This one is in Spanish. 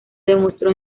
demostró